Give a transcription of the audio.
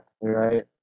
right